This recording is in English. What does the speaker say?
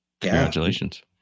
congratulations